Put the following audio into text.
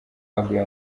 baguye